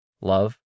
Love